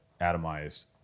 atomized